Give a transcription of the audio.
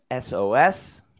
SOS